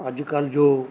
ਅੱਜ ਕੱਲ੍ਹ ਜੋ